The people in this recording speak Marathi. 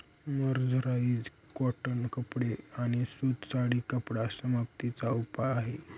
मर्सराइज कॉटन कपडे आणि सूत साठी कपडा समाप्ती चा उपाय आहे